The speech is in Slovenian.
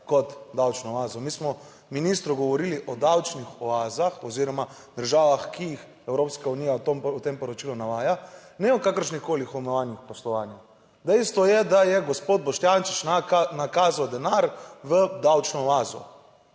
kot davčno oazo. Mi smo ministru govorili o davčnih oazah oziroma državah, ki jih Evropska unija v tem poročilu navaja, ne o kakršnih koli omejevanjih poslovanja. Dejstvo je, da je gospod Boštjančič nakazal denar v davčno oazo,